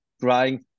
trying